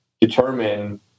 determine